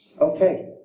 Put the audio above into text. Okay